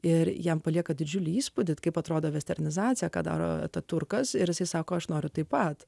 ir jam palieka didžiulį įspūdį kaip atrodo vesternizacija ką daro ataturkas ir sako aš noriu taip pat